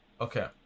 okay